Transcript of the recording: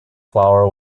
flour